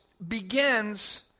Begins